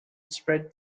spread